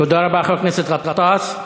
תודה, חבר הכנסת גטאס.